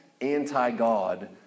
anti-God